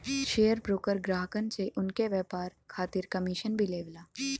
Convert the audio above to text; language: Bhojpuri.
शेयर ब्रोकर ग्राहकन से उनके व्यापार खातिर कमीशन भी लेवला